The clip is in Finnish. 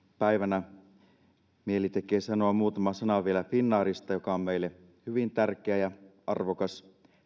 päivänä tekee mieli sanoa muutama sana vielä finnairista joka on meille hyvin tärkeä ja arvokas